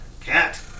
Cat